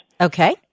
Okay